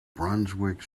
brunswick